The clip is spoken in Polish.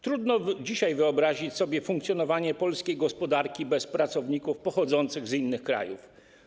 Trudno dzisiaj wyobrazić sobie funkcjonowanie polskiej gospodarki bez pracowników pochodzących z innych krajów.